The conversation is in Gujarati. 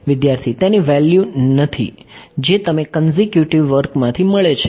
વિદ્યાર્થી તેવી વેલ્યૂ નથી વર્કમાથી મળે છે